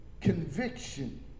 conviction